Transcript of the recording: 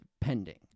pending